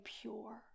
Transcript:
pure